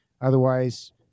otherwise